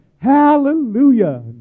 hallelujah